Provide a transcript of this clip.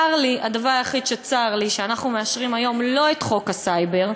הדבר היחיד שצר לי עליו הוא שאנחנו מאשרים היום לא את חוק הסייבר,